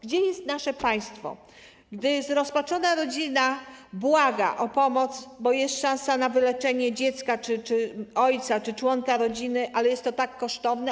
Gdzie jest nasze państwo, gdy zrozpaczona rodzina błaga o pomoc, bo jest szansa na wyleczenie dziecka, ojca czy innego członka rodziny, ale jest to kosztowne?